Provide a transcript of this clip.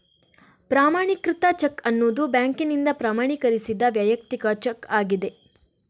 ಪ್ರಮಾಣೀಕೃತ ಚೆಕ್ ಅನ್ನುದು ಬ್ಯಾಂಕಿನಿಂದ ಪ್ರಮಾಣೀಕರಿಸಿದ ವೈಯಕ್ತಿಕ ಚೆಕ್ ಆಗಿದೆ